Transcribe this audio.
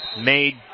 made